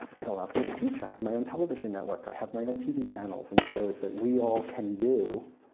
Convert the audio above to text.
it allows me to teach. i have my own television network, i have my own tv channels, and shows that we all can do,